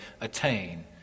attain